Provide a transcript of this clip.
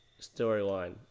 storyline